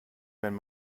wenn